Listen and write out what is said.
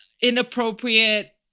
inappropriate